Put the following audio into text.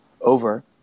over